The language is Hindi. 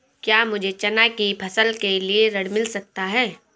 क्या मुझे चना की फसल के लिए ऋण मिल सकता है?